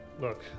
Look